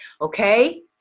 Okay